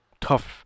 tough